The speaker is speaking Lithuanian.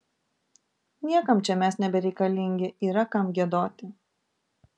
niekam čia mes nebereikalingi yra kam giedoti